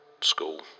school